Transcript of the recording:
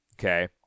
Okay